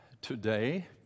today